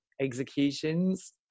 executions